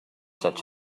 such